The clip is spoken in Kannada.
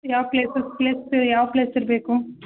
ಯಾವ ಪ್ಲೇಸಸ್ ಪ್ಲೇಸ್ ಯಾವ ಪ್ಲೇಸಲ್ಲಿ ಬೇಕು